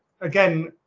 again